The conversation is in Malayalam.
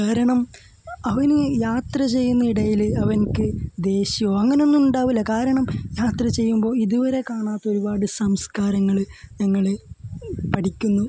കാരണം അവൻ യാത്ര ചെയ്യുന്ന ഇടയിൽ അവനിക്ക് ദേഷ്യം അങ്ങനൊന്നും ഉണ്ടാകില്ല കാരണം യാത്ര ചെയ്യുമ്പോൾ ഇതുവരെ കാണാത്തൊരുപാട് സംസ്കാരങ്ങൾ ഞങ്ങൾ പഠിക്കുന്നു